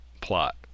plot